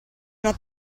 una